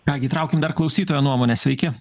ką gi įtraukim dar klausytojo nuomonę sveiki